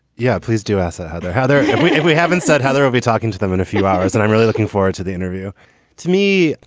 yeah, please do. asa. heather. heather, we haven't said heather. i'll be talking to them in a few hours and i'm really looking forward to the interview to me,